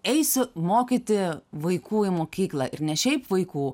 eisiu mokyti vaikų į mokyklą ir ne šiaip vaikų